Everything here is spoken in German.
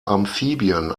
amphibien